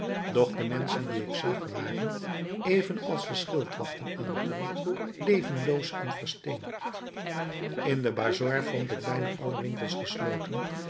de menschen die ik zag waren even als de schildwachten aan de poort levenloos en versteend in den bazar vond ik bijna alle winkels gesloten